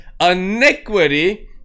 iniquity